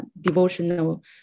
devotional